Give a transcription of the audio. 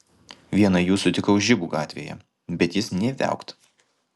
vieną jų sutikau žibų gatvėje bet jis nė viaukt